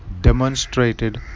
demonstrated